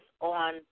on